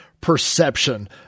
perception